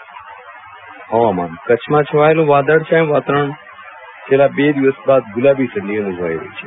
વિરલ રાણા હવા માન કચ્છમાં છવાયેલું વાદળછાયું વાતાવરણ થયા બાદ ગુલાબી ઠંડી અનુભવાઈ રઠી છે